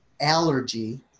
allergy